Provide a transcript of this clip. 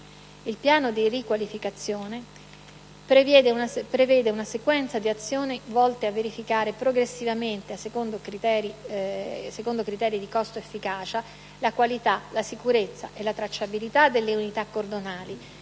Il piano di riqualificazione prevede una sequenza di azioni volte a verificare, progressivamente e secondo criteri di costo/efficacia, la qualità, la sicurezza e la tracciabilità delle unità cordonali,